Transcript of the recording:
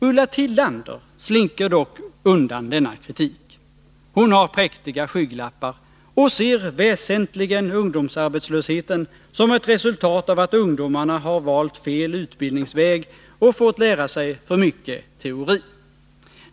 Ulla Tillander slinker dock undan denna kritik. Hon har präktiga skygglappar och ser väsentligen ungdomsarbetslösheten som ett resultat av att ungdomarna har valt fel utbildningsväg och fått lära sig för mycket teori.